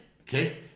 okay